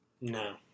No